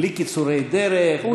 בלי קיצורי דרך,